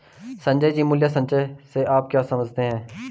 संजय जी, मूल्य संचय से आप क्या समझते हैं?